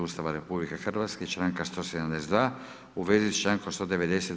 Ustava RH, i članka 172. u vezi s člankom 190.